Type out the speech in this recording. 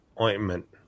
ointment